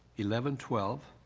eleven, twelve.